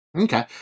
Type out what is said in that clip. Okay